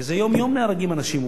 כי יום-יום נהרגים אנשים.